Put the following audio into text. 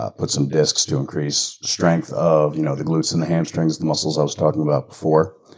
ah put some discs to increase strength of you know the glutes and the hamstrings, the muscles i was talking about before.